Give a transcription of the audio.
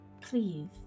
Please